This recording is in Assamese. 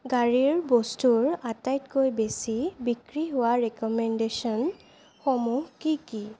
গাড়ীৰ বস্তুৰ আটাইতকৈ বেছি বিক্ৰী হোৱা ৰিক'মেণ্ডেশ্যনসমূহ কি কি